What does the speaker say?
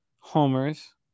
homers